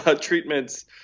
treatments